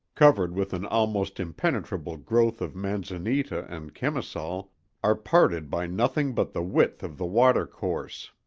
covered with an almost impenetrable growth of manzanita and chemisal, are parted by nothing but the width of the water course.